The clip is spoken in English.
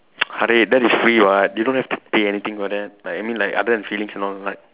Harid that is free what you don't have to pay anything for that like I mean like other than feelings and all like